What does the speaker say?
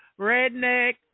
redneck